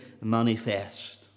manifest